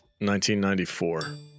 1994